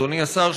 אדוני השר,